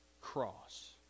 cross